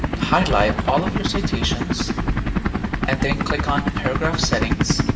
highlight all of your citations and then click on paragraph settings.